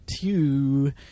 two